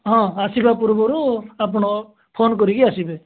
ହଁ ଆସିବା ପୂର୍ବରୁ ଆପଣ ଫୋନ୍ କରିକି ଆସିବେ